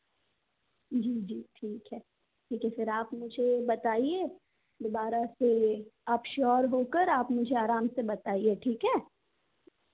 जी जी ठीक है तो फिर आप मुझे बताइए दुबारा फिर आप श्योर होकर आप मुझे आराम से बताइए ठीक है